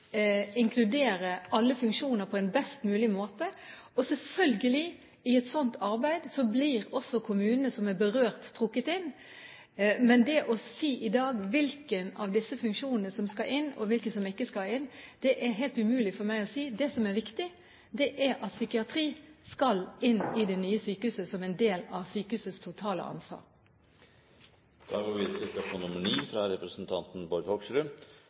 inkludere alle funksjoner på en best mulig måte. Og selvfølgelig – i et sånt arbeid blir også kommunene som er berørt, trukket inn. Men hvilken av disse funksjonene som skal inn, og hvilke som ikke skal inn, det er helt umulig for meg i dag å si. Det som er viktig, er at psykiatri skal inn i det nye sykehuset som en del av sykehusets totale ansvar.